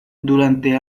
durante